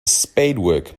spadework